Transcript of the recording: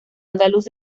andaluz